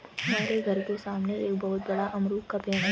हमारे घर के सामने एक बहुत बड़ा अमरूद का पेड़ है